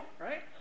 right